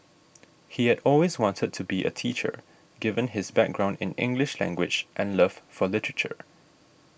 he had always wanted to be a teacher given his background in English language and love for literature